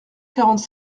quarante